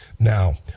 Now